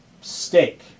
steak